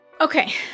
Okay